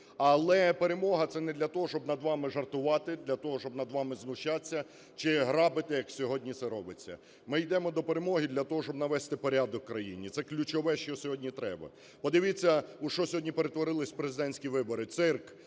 Але перемога – це не для того, щоб над вами жартувати, для того, щоб над вами знущатися чи грабити, як сьогодні це робиться. Ми йдемо до перемоги для того, щоб навести порядок в країні, це ключове, що сьогодні треба. Подивіться, у що сьогодні перетворилися президентські вибори – цирк.